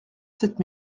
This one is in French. sept